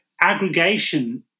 aggregation